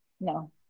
No